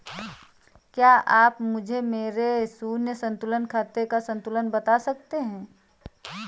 क्या आप मुझे मेरे शून्य संतुलन खाते का संतुलन बता सकते हैं?